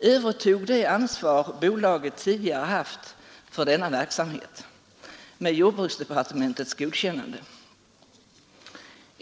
övertog det ansvar bolaget tidigare haft för denna verksamhet, med jordbruksdepartementets godkännande.